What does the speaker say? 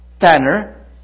Tanner